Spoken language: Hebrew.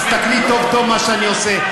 תסתכלי טוב טוב מה שאני עושה.